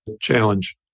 challenge